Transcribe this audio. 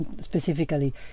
specifically